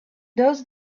those